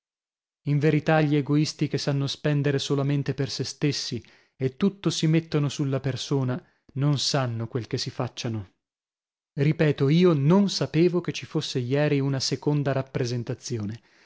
in verità gli egoisti che sanno spendere solamente per sè stessi e tutto si mettono sulla persona non sanno quel che si facciano ripeto io non sapevo che ci fosse ieri una seconda rappresentazione